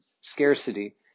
scarcity